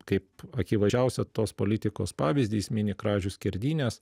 kaip akivaizdžiausią tos politikos pavyzdį jis mini kražių skerdynes